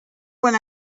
when